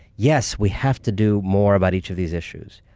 yes, we have to do more about each of these issues,